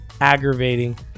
aggravating